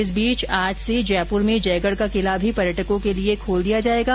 इस बीच आज से जयपुर में जयगढ का किला भी पर्यटको के लिए खोल दिया जायेगा